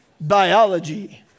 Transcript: biology